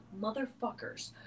motherfuckers